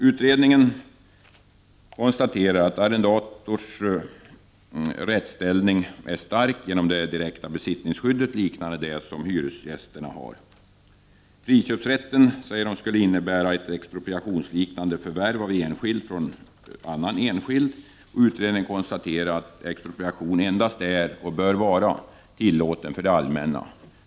Utredningen konstaterar att arrendators rättsställning är stark genom det direkta besittningsskyddet, som liknar det som hyresgäster har. Friköpsrätten skulle innebära ett expropriationsliknande förvärv av enskild från annan enskild. Utredningen konstaterar att expropriation endast är — och bör vara — tillåten för det allmänna.